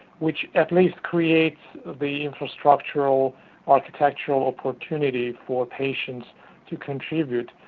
which at least creates the infrastructural architectural opportunity for patients to contribute.